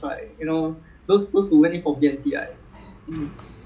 ya good life eh